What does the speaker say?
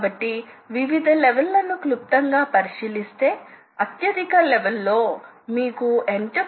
కాబట్టి ఎటువంటి విలోమ కదలిక ఉండదు డ్రైవ్ అందించిన దిశలో కదలికలు ఖచ్చితంగా ఉంటాయి